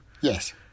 Yes